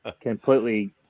completely